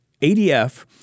ADF